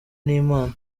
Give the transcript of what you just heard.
n’imana